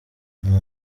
nta